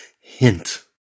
hint